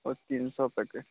ତିନିଶହ ପ୍ୟାକେଟ୍